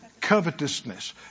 Covetousness